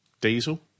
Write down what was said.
Diesel